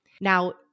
Now